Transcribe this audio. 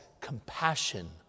compassion